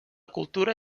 cultura